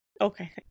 Okay